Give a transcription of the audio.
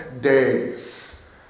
days